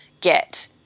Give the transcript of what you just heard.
get